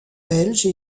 belge